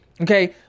Okay